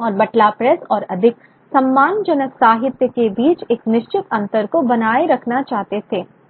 और बटला प्रेस और अधिक सम्मानजनक साहित्य के बीच एक निश्चित अंतर को बनाए रखना चाहते थे